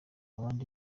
abandi